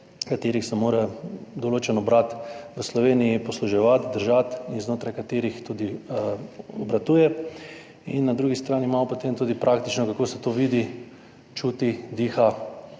ki se jih mora določen obrat v Sloveniji posluževati, držati in znotraj katerih tudi obratuje. In na drugi strani imamo potem tudi praktično, kako se to vidi, čuti, diha